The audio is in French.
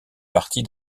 partie